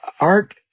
Art